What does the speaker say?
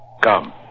Come